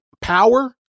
Power